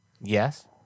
Yes